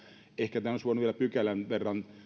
ehkä olisi voinut vielä pykälän verran